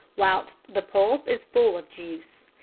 whilst the pulp is full of juice.